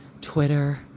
Twitter